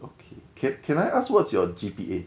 okay can can I ask what's your G_P_A